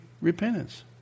repentance